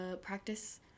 practice